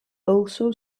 also